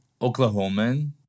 Oklahoman